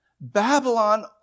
Babylon